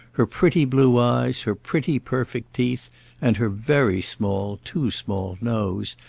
her pretty blue eyes, her pretty perfect teeth and her very small, too small, nose,